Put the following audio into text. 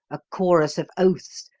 a chorus of oaths,